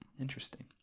Interesting